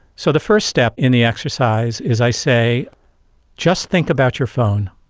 so the first step in the exercise is i say just think about your phone.